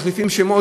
מחליפים שמות,